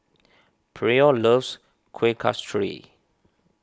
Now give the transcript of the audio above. Pryor loves Kuih Kasturi